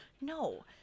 No